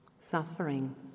suffering